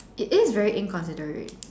it is very inconsiderate